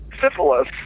syphilis